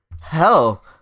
hell